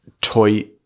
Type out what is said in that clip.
Toy